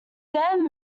then